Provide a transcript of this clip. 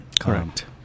Correct